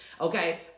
Okay